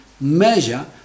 measure